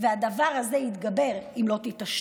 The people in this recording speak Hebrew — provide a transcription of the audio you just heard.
והדבר הזה יתגבר אם לא תתעשתו.